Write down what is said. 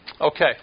Okay